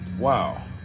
wow